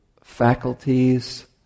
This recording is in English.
faculties